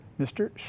Mr